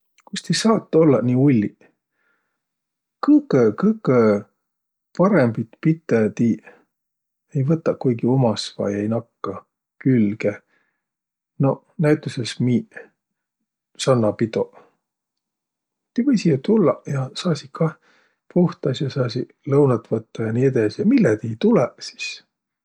Kuis ti saat ollaq nii ulliq? Kõgõ. kõgõ parõmbit pitõ tiiq ei võtaq kuiki umas vai ei nakkaq külge Noq, näütüses miiq sannapidoq. Ti võisiq jo tullaq ja saasiq kah puhtas ja saasiq lõunõt võttaq ja nii edesi. A mille ti ei tulõq sis?